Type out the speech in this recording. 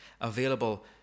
available